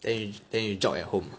then you then you jog at home